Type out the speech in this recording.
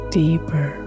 deeper